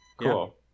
Cool